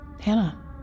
Hannah